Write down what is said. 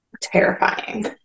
terrifying